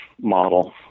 model